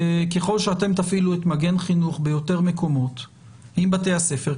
ככל שתפעילו את מגן חינוך ביותר מקומות עם בתי הספר,